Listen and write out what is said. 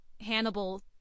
Hannibal